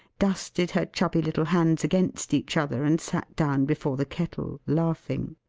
dusted her chubby little hands against each other, and sat down before the kettle laughing.